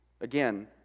Again